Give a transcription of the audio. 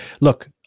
Look